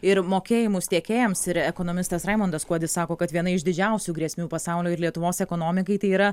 ir mokėjimus tiekėjams ir ekonomistas raimondas kuodis sako kad viena iš didžiausių grėsmių pasaulio ir lietuvos ekonomikai tai yra